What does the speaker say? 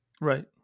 Right